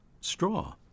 straw